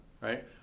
right